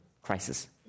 crisis